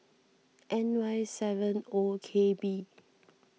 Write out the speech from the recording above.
N Y seven O K B